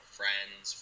friends